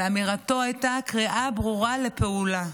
ואמירתו הייתה קריאה ברורה לפעולה.